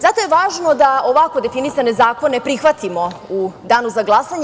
Zato je važno da ovako definisane zakone prihvatimo u danu za glasanje.